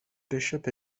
bishop